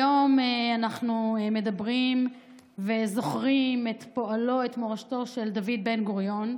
היום אנחנו מדברים וזוכרים את פועלו ואת מורשתו של דוד בן-גוריון,